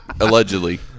allegedly